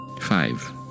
Five